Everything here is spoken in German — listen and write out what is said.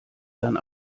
dann